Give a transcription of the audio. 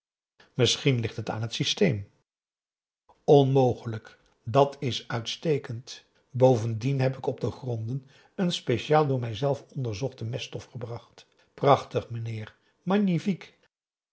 misschien ligt het aan het systeem onmogelijk dat is uitstekend bovendien heb ik op de gronden een speciaal door mij zelf onderzochte meststof gebracht prachtig mijnheer